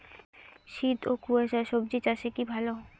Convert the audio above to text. শীত ও কুয়াশা স্বজি চাষে কি ভালো?